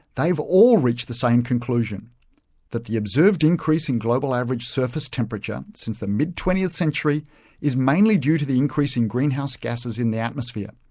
all reached the same conclusion that the observed increase in global-average surface temperature since the mid twentieth century is mainly due to the increase in greenhouse gases in the atmosphere,